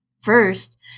First